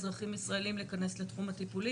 אין מגבלה.